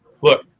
look